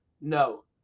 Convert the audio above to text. No